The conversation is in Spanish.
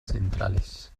centrales